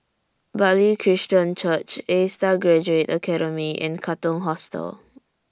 Bartley Christian Church A STAR Graduate Academy and Katong Hostel